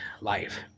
life